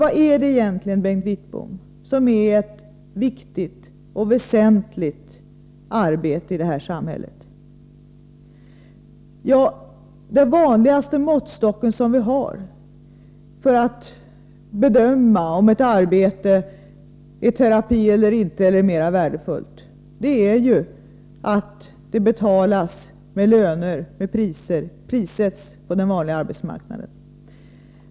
Vilka arbeten är det egentligen, Bengt Wittbom, som är viktiga och väsentliga i samhället? Den vanligaste måttstock som vi har för att bedöma om ett arbete är terapi eller är mer värdefullt är att se om det prissätts på den vanliga arbetsmarknaden.